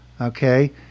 Okay